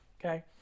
Okay